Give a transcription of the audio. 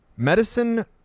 medicine